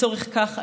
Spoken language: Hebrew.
לצורך כך,